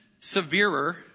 severer